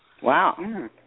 Wow